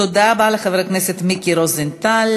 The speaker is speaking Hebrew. תודה רבה לחבר הכנסת מיקי רוזנטל.